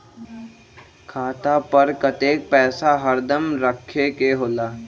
खाता पर कतेक पैसा हरदम रखखे के होला?